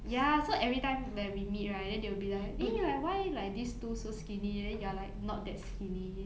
ya so everytime when we meet right then they'll be like eh like why like this two so skinny then you're like not that skinny